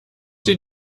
sie